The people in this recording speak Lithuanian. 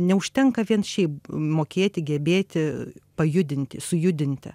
neužtenka vien šiaip mokėti gebėti pajudinti sujudinti